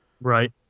Right